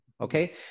okay